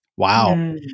Wow